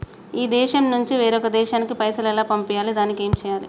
ఈ దేశం నుంచి వేరొక దేశానికి పైసలు ఎలా పంపియ్యాలి? దానికి ఏం చేయాలి?